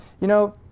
you know,